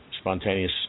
spontaneous